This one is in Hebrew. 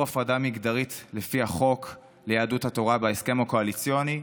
הפרדה מגדרית לפי החוק ליהדות התורה בהסכם הקואליציוני,